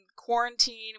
quarantine